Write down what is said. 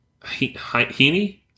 Heaney